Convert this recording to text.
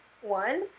one